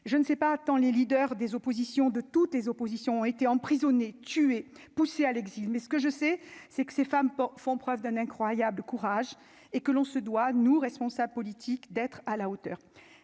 je ne sais pas attends les leaders des oppositions de toutes les oppositions ont été emprisonnés, tués, poussé à l'exil, mais ce que je sais, c'est que ces femmes font preuve d'un incroyable courage et que l'on se doit nous, responsables politiques, d'être à la hauteur,